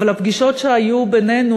אבל הפגישות שהיו בינינו,